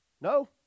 No